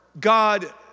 God